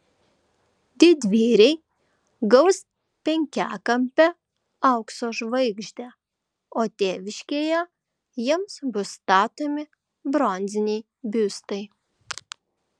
didvyriai gaus penkiakampę aukso žvaigždę o tėviškėje jiems bus statomi bronziniai biustai